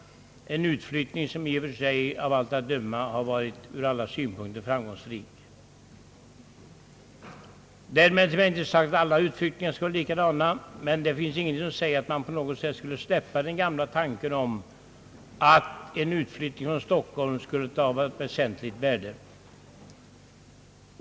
Denna flyttning har av allt att döma varit från alla utgångspunkter sett framgångsrik. Därmed är dock inte sagt att alla utflyttningar skulle slå lika väl ut, men ingenting talar för att man bör släppa den gamla tanken att en utflyttning från Stockholm av statliga förvaltningsorgan skulle vara av väsentligt värde.